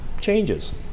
changes